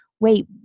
wait